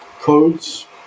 codes